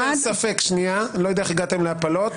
אני לא יודע איך הגעתם להפלות.